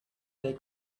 they